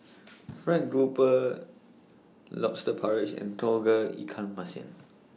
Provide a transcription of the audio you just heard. Fried Grouper Lobster Porridge and Tauge Ikan Masin